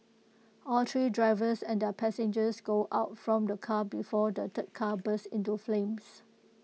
all three drivers and their passengers go out from the car before the third car burst into flames